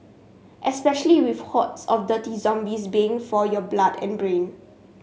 especially with hordes of dirty zombies baying for your blood and brain